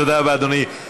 תודה רבה, אדוני.